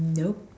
nope